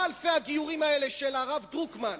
מה אלפי הגיורים האלה של הרב דרוקמן,